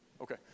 Okay